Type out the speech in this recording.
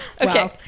okay